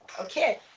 Okay